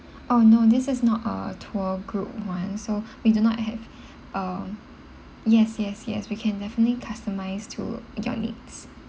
oh no this is not a tour group one so we do not have uh yes yes yes we can definitely customized to your needs